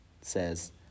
says